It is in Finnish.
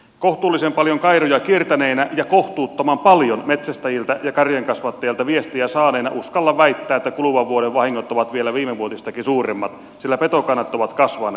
kohtuullisen paljon kairoja kiertäneenä ja kohtuuttoman paljon metsästäjiltä ja karjankasvattajilta viestiä saaneena uskallan väittää että kuluvan vuoden vahingot ovat vielä viimevuotistakin suuremmat sillä petokannat ovat kasvaneet